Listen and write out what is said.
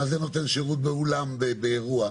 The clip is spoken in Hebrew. מה זה נותן שירות באולם באירוע?